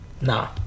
nah